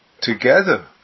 together